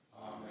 Amen